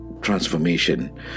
transformation